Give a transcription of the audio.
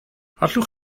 allwch